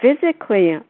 physically